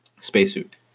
spacesuit